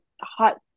hot